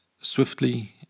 swiftly